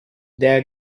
dea